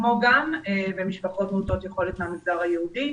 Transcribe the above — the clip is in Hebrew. כמו גם במשפחות מעוטות יכולת מהמגזר היהודי.